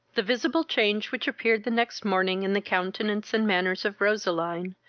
the visible change, which appeared the next morning in the countenance and manners of roseline,